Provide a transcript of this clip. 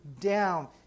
down